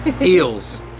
Eels